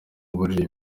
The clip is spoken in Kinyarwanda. mubiri